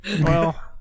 Well-